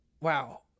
Wow